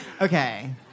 Okay